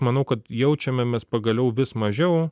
manau kad jaučiame mes pagaliau vis mažiau